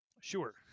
Sure